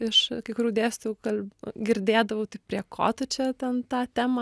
iš kai kurių dėstytojų kal girdėdavau tai prie ko tu čia ten tą temą